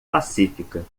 pacífica